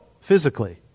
physically